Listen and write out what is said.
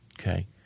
okay